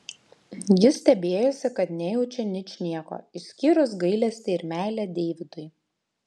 jis stebėjosi kad nejaučia ničnieko išskyrus gailestį ir meilę deividui